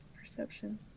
perception